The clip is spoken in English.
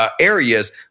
Areas